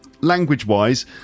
language-wise